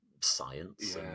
Science